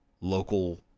local